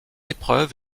épreuve